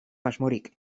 asmorik